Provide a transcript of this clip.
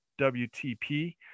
WTP